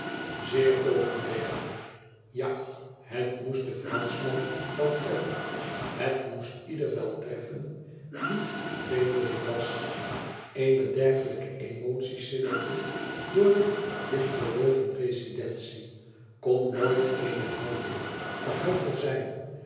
zeer populair ja het moest den franschman wel treffen het moest ieder wel treffen die vreemdeling was eene dergelijke emotie sidderende door de windbewogen rezidentie kon nooit eene houding gehuichel zijn